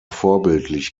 vorbildlich